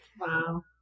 Wow